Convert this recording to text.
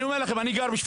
אני דרוזי ואני גר בשפרעם,